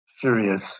serious